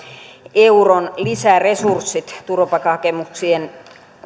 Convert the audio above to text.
euron lisäresurssit turvapaikkahakemuksia